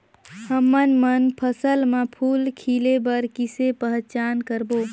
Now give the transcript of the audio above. हमन मन फसल म फूल खिले बर किसे पहचान करबो?